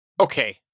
Okay